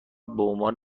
بعنوان